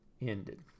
Ended